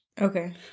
Okay